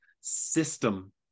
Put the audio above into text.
system